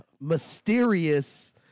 mysterious